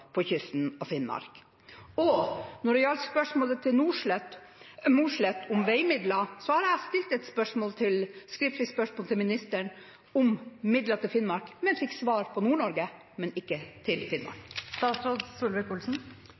kysten av Finnmark? Og til spørsmålet fra Mossleth om veimidler: Jeg har stilt et skriftlig spørsmål til ministeren om midler til Finnmark, men fikk svar på Nord-Norge, ikke til